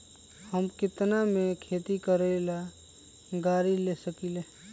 हम केतना में खेती करेला गाड़ी ले सकींले?